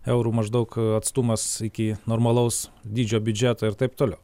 eurų maždaug atstumas iki normalaus dydžio biudžeto ir taip toliau